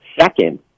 Second